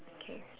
okay